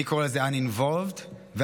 אני קורא לזה uninvolved ו-unaffiliated.